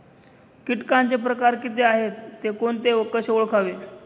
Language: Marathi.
किटकांचे प्रकार किती आहेत, ते कोणते व कसे ओळखावे?